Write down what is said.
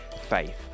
faith